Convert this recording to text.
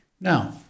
Now